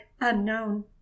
unknown